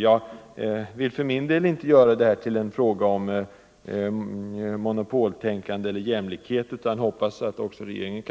Jag vill för min del inte göra detta till en fråga om monopoltänkande eller jämlikhet utan hoppas att regeringen,